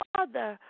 Father